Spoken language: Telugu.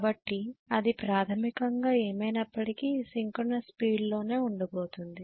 కాబట్టి అది ప్రాథమికంగా ఏమైనప్పటికీ సింక్రోనస్ స్పీడ్ లోనే ఉండబోతుంది